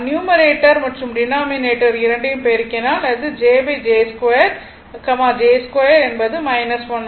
numerator மற்றும் denominator இரண்டையும் பெருக்கினால் அது jj 2 j 2 என்பது 1 ஆகும்